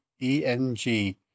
eng